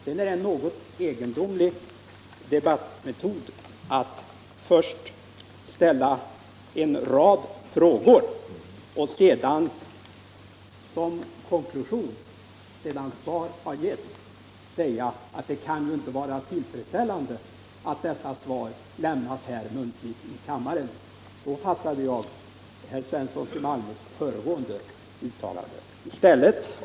Det är en något egendomlig debattmetod att först ställa en rad frågor och sedan, som konklusion när svar getts, säga att det inte kan vara tillfredsställande att dessa svar lämnats muntligt i kammaren. Så fattade jag herr Svenssons i Malmö föregående uttalande.